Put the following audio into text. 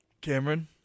Cameron